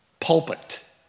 pulpit